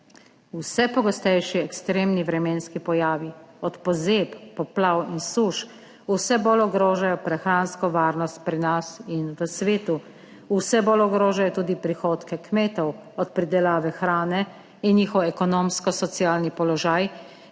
Vse pogostejši ekstremni vremenski pojavi, od pozeb, poplav in suš, vse bolj ogrožajo prehransko varnost pri nas in v svetu. Vse bolj ogrožajo tudi prihodke kmetov od pridelave hrane in njihov ekonomsko socialni položaj,